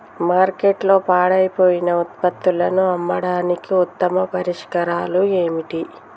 మార్కెట్లో పాడైపోయిన ఉత్పత్తులను అమ్మడానికి ఉత్తమ పరిష్కారాలు ఏమిటి?